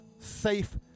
safe